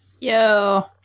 Yo